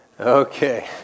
Okay